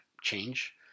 change